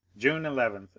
june eleven,